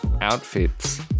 Outfits